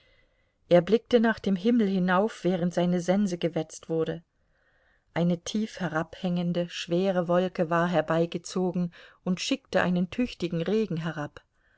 er blickte nach dem himmel hinauf während seine sense gewetzt wurde eine tief herabhängende schwere wolke war herbeigezogen und schickte einen tüchtigen regen herab